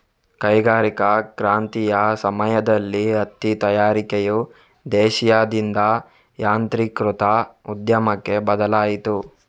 ಕೈಗಾರಿಕಾ ಕ್ರಾಂತಿಯ ಸಮಯದಲ್ಲಿ ಹತ್ತಿ ತಯಾರಿಕೆಯು ದೇಶೀಯದಿಂದ ಯಾಂತ್ರೀಕೃತ ಉದ್ಯಮಕ್ಕೆ ಬದಲಾಯಿತು